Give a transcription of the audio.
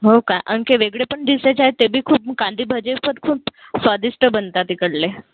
हो का आणखी वेगळे पण डिशेस आहेत ते बी खूप कांदे भजे पण खूप स्वादिष्ट बनतात इकडले